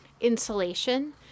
insulation